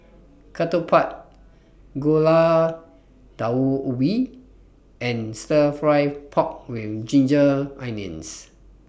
Ketupat Gulai Daun Ubi and Stir Fry Pork with Ginger Onions